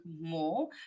more